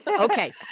Okay